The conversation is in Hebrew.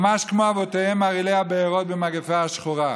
ממש כמו אבותיהם מרעילי הבארות במגפה השחורה.